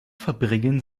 verbringen